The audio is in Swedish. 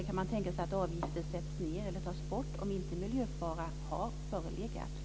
Kan man tänka sig att avgifter sätts ned eller tas bort om miljöfara inte har förelegat?